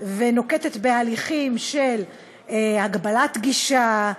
שנוקטת הליכים של הגבלת גישה,